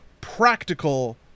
practical